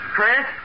Chris